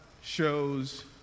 Shows